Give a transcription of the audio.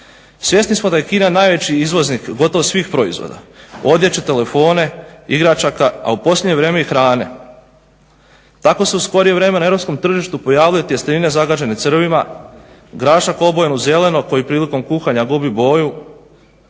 Svjesni smo da je Kina najveći izvoznik gotovo svih proizvoda, odjeće, telefona, igračaka, a u posljednje vrijeme i hrane. Tako su se u skorije vrijeme na europskom tržištu pojavile tjestenine zagađene crvima grašak obojan u zeleno koji prilikom kuhanja gubi boju.